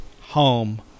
home